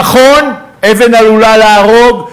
נכון, אבן עלולה להרוג.